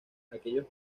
aquellos